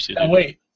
wait